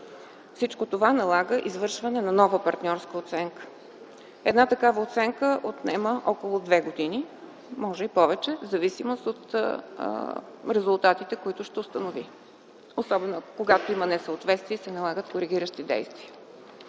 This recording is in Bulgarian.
Всичко това налага извършване на нова партньорска оценка. Една такава оценка отнема около две години, може и повече, в зависимост от резултатите, които ще установи. Особено когато има несъответствие, се налагат коригиращи действия.